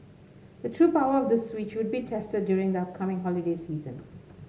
the true power of the Switch would be tested during the upcoming holiday season